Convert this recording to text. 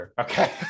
okay